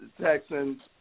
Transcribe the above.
Texans